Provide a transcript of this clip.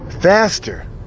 faster